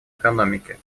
экономики